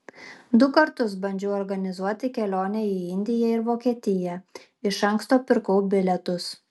du kartus bandžiau organizuoti kelionę į indiją ir vokietiją iš anksto pirkau bilietus